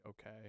okay